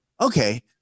Okay